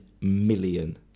million